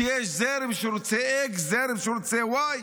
שיש זרם שרוצה x וזרם שרוצה y?